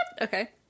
okay